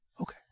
Okay